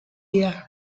year